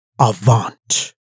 Avant